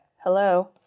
hello